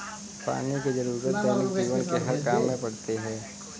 पानी की जरुरत दैनिक जीवन के हर काम में पड़ती है